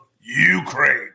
Ukraine